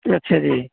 ਅੱਛਾ ਜੀ